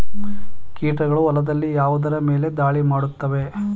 ಕೀಟಗಳು ಹೊಲದಲ್ಲಿ ಯಾವುದರ ಮೇಲೆ ಧಾಳಿ ಮಾಡುತ್ತವೆ?